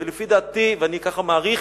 ולפי דעתי, ואני ככה מעריך,